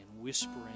whispering